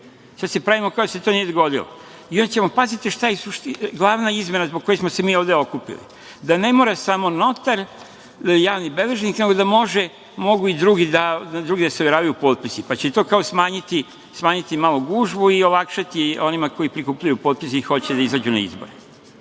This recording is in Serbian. Sad se pravimo kao da se to nije dogodilo. Pazite šta je glavna izmena zbog koje smo se mi ovde okupili, da ne mora samo notar, javni beležnik, nego da mogu i kod drugih da se overavaju potpisi, pa će to kao smanjiti malo gužvu i olakšati onima koji prikupljaju potpise i hoće da izađu na izbore. Kao